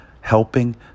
helping